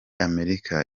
amerika